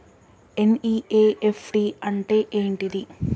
NEFT అంటే ఏంటిది?